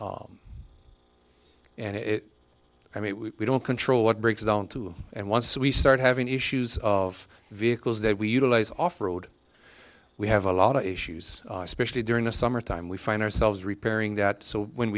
and it i mean we don't control what breaks down to and once we start having issues of vehicles that we utilize off road we have a lot of issues especially during the summertime we find ourselves repairing that so when